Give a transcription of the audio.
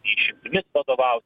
išimtimis vadovau